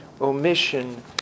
omission